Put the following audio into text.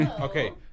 Okay